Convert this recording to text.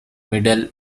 middlesex